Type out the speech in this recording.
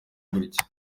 gutya